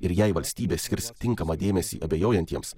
ir jei valstybė skirs tinkamą dėmesį abejojantiems